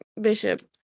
Bishop